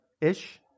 ish